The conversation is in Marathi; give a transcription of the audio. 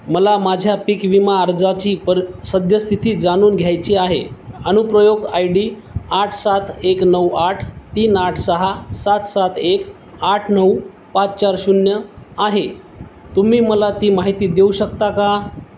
मला माझ्या पीक विमा अर्जाची पर सद्यस्थिती जाणून घ्यायची आहे अनुप्रयोग आय डी आठ सात एक नऊ आठ तीन आठ सहा सात सात एक आठ नऊ पाच चार शून्य आहे तुम्ही मला ती माहिती देऊ शकता का